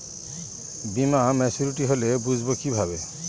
বীমা মাচুরিটি হলে বুঝবো কিভাবে?